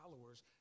followers